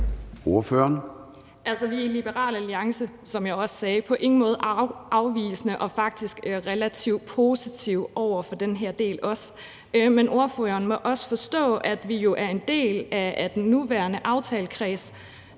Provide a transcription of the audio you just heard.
vi er i Liberal Alliance på ingen måde, som jeg også sagde, afvisende, men faktisk relativt positive over for den her del også; men ordføreren må også forstå, at vi jo er en del af den nuværende aftalekreds